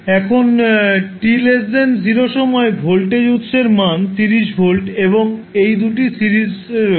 এখন t0 সময়ে voltage উত্সের মান 30 ভোল্ট এবং এই 2 টি সিরিজে আছে